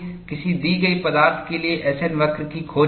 किसी दी गई पदार्थ के लिए S N वक्र की खोज करें